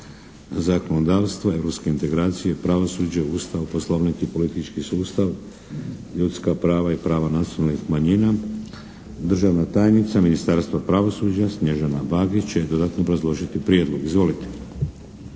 zakonodavstvo, europske integracije, pravosuđe, Ustav, poslovnik i politički sustav, ljudska prava i prava nacionalnih manjina. Državna tajnica Ministarstva pravosuđa Snježana Bagić će dodatno obrazložiti prijedlog. Izvolite!